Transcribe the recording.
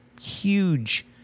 huge